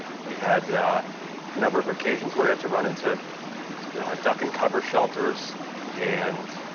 we had a number of occasions where we had to run into duck-and-cover shelters and